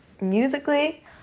Musically